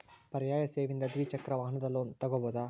ಪರ್ಯಾಯ ಸೇವೆಯಿಂದ ದ್ವಿಚಕ್ರ ವಾಹನದ ಲೋನ್ ತಗೋಬಹುದಾ?